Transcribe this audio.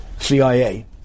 CIA